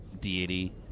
deity